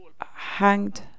hanged